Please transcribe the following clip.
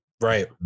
Right